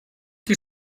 qui